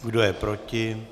Kdo je proti?